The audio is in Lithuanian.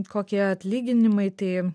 kokie atlyginimai tai